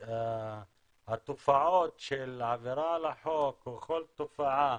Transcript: הרי התופעות של עבירה על החוק או כל תופעה